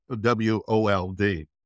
W-O-L-D